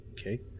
Okay